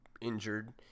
injured